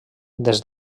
des